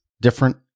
different